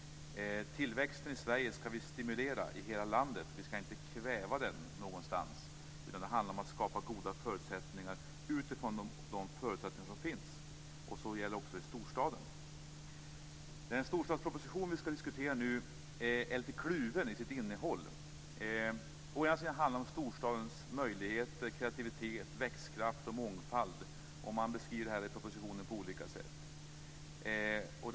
Tillväxten i Sverige skall vi stimulera i hela landet; vi skall inte kväva den någonstans. Det handlar om att skapa goda förutsättningar utifrån de förutsättningar som redan finns. Detta gäller också i storstaden. Den storstadsproposition vi skall diskutera nu är lite kluven i sitt innehåll. Å ena sidan handlar den om storstadens möjligheter, kreativitet, växtkraft och mångfald, och detta beskrivs i propositionen på olika sätt.